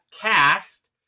cast